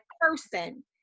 person